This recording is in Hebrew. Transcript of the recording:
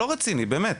זה לא רציני, באמת.